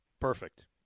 Perfect